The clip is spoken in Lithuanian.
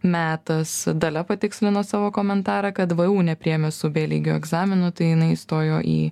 metas dalia patikslino savo komentarą kad vu nepriėmė su bė lygio egzaminu tai jinai įstojo į